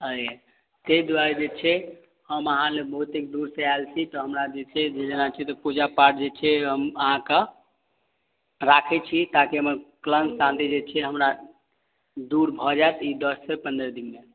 अइ तहि दुआरे जे छै हम अहाँ लऽ बहुतेक दूरसँ आएल छी तऽ हमरा जे छै जे जेनाकि पूजा पाठ जे छै अहाँक राखैत छी ताकि हमर कलङ्क शांति जे छै हमरा दूर भऽ जाएत ई दश से पंद्रह दिनमे